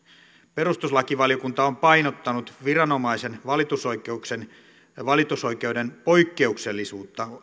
perustuslakivaliokunta on painottanut viranomaisen valitusoikeuden valitusoikeuden poikkeuksellisuutta